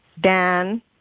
Dan